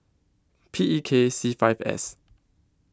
P E K C five S